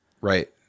Right